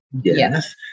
Yes